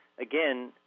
again